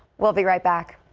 we'll be right back.